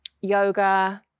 yoga